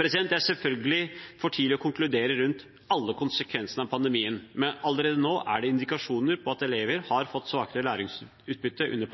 Det er selvfølgelig for tidlig å konkludere rundt alle konsekvensene av pandemien, men allerede nå er det indikasjoner på at elever har fått svakere læringsutbytte under